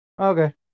Okay